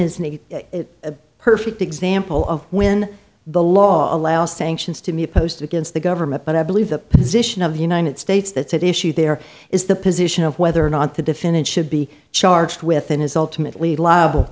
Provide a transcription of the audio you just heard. need a perfect example of when the law allows sanctions to be opposed against the government but i believe the position of the united states that's at issue there is the position of whether or not the defendant should be charged with in his ultimately liable